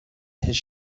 his